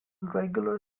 regular